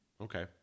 Okay